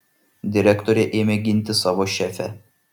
direktorė ėmė ginti savo šefę